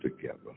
together